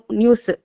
news